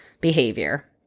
behavior